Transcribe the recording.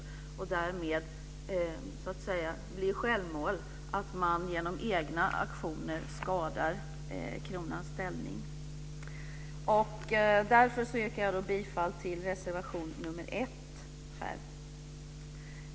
Därmed blir det ju så att säga självmål, att man genom egna aktioner skadar kronans ställning. Därför yrkar jag bifall till reservation 1.